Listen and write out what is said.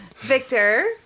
Victor